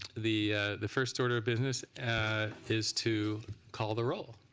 the the first order of business is to call the roll.